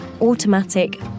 Automatic